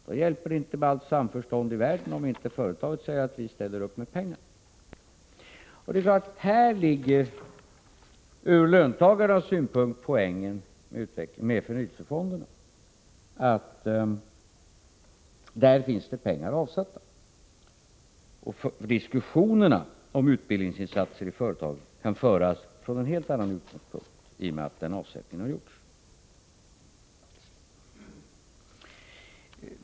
Det hjälper inte med allt samförstånd i världen, om inte företaget ställer upp med pengar. Ur löntagarnas synpunkt är poängen med förnyelsefonderna att där finns det pengar avsatta. Diskussionerna om utbildningsinsatser i företagen kan föras från en helt annan utgångspunkt i och med att den avsättningen har gjorts.